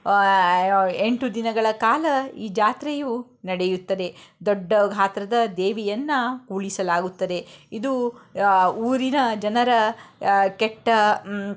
ಎಂಟು ದಿನಗಳ ಕಾಲ ಈ ಜಾತ್ರೆಯು ನಡೆಯುತ್ತದೆ ದೊಡ್ಡ ಗಾತ್ರದ ದೇವಿಯನ್ನು ಹೂಳಿಸಲಾಗುತ್ತದೆ ಇದು ಊರಿನ ಜನರ ಕೆಟ್ಟ